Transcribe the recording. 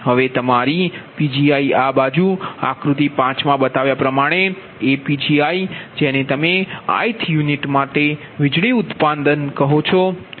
હવે આ તમારી Pgi આ બાજુ આક્રુતિ 5 માં બતાવ્યા પ્રમાણે એ Pgi જેને તમે ith યુનિટ માટે વીજળી ઉત્પાદન કહો છો